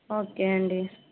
okay అండి